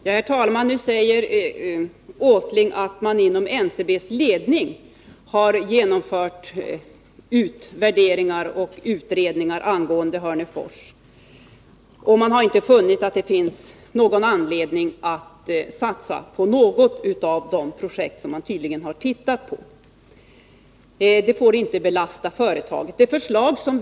Herr talman! Nils Åsling säger att man inom NCB:s ledning har gjort utredningar och utvärderingar angående Hörnefors och inte funnit att det finns anledning att satsa på något av de projekt som man tydligen tittat på. Det får inte belasta företaget, säger Nils Åsling.